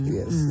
Yes